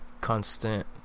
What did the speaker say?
constant